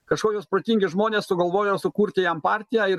kažkokios protingi žmonės sugalvojo sukurti jam partiją ir